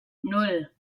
nan